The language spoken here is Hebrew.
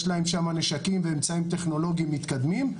יש להם נשקים ואמצעים טכנולוגיים מתקדמים.